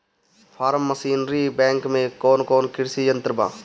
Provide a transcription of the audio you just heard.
Form machinery bank में कौन कौन कृषि यंत्र बा?